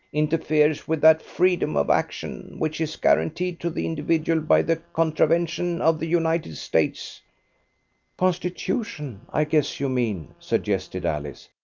interferes with that freedom of action which is guaranteed to the individual by the contravention of the united states constitution, i guess you mean, suggested alice.